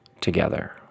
together